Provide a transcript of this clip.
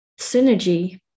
synergy